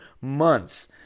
months